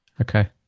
Okay